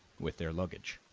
with their luggage,